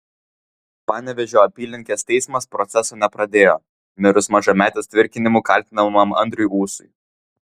panevėžio apylinkės teismas proceso nepradėjo mirus mažametės tvirkinimu kaltinamam andriui ūsui